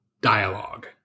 dialogue